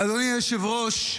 אדוני היושב-ראש,